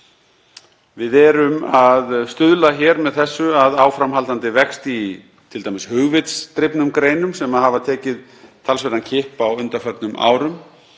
Við erum að stuðla hér með þessu að áframhaldandi vexti í t.d. hugvitsdrifnum greinum sem hafa tekið talsverðan kipp á undanförnum árum.